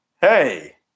Hey